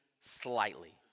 slightly